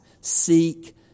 seek